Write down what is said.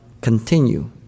continue